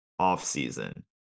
offseason